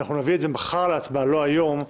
נביא את זה מחר להצבעה, לא היום.